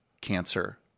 cancer